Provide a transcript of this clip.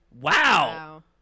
Wow